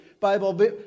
Bible